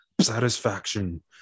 Satisfaction